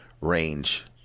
range